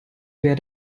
wer